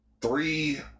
three